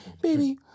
Baby